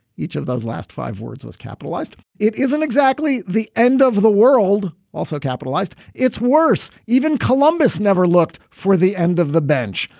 each of those last five words was capitalized. it isn't exactly the end of the world. also capitalized. it's worse. even columbus never looked for the end of the bench.